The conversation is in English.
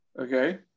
Okay